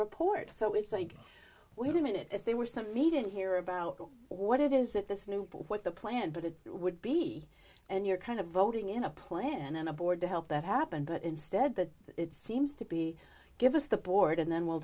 report so it's a wait a minute if there were some needed here about what it is that this new what the plan but it would be and you're kind of voting in a plan and a board to help that happen but instead that seems to be give us the board and then we'll